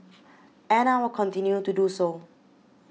and I will continue to do so